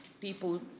people